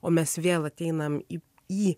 o mes vėl ateinam į į